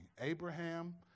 Abraham